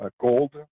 gold